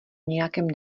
nějakém